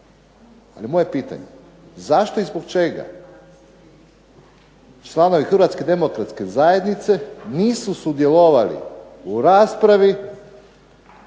Ali je moje pitanje zašto i zbog čega članovi Hrvatske demokratske zajednice nisu sudjelovali u raspravi